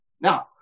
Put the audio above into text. Now